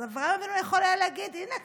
אז אברהם גם היה יכול להגיד: הינה,